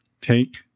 Take